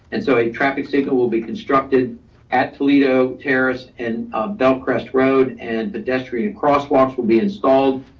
and so a traffic ticket will be constructed at toledo terrace and ah bellcrest road and pedestrian crosswalks will be installed.